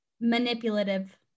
manipulative